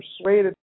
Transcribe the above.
persuaded